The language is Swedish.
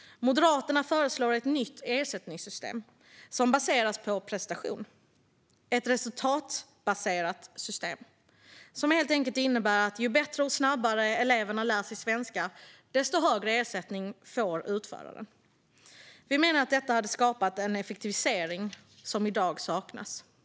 Moderaterna föreslår ett nytt ersättningssystem som baseras på prestation. Det ska vara ett resultatbaserat system som helt enkelt innebär att ju bättre och snabbare eleverna lär sig svenska desto högre ersättning får utföraren. Vi menar att detta skulle skapa en effektivisering som i dag saknas. Herr talman!